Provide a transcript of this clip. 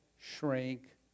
shrink